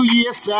yes